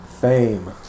Fame